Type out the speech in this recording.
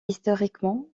historiquement